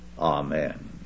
Amen